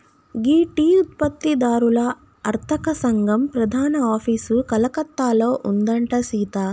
గీ tea ఉత్పత్తి దారుల అర్తక సంగం ప్రధాన ఆఫీసు కలకత్తాలో ఉందంట సీత